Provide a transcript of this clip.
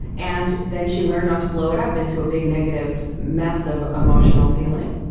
and then she learned not to blow it up into a big negative mess of emotional feeling.